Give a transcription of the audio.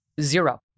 zero